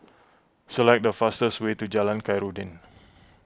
select the fastest way to Jalan Khairuddin